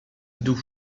doux